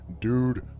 dude